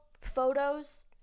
photos